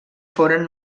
foren